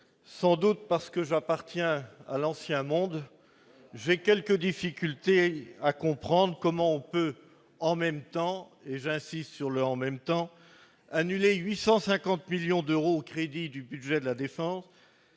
sans doute parce que j'appartiens à l'ancien monde, j'ai quelques difficultés à comprendre comment on peut en même temps et j'insiste sur le en même temps annulé 850 millions d'euros crédits du budget de la Défense,